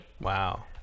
wow